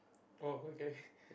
oh okay